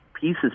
pieces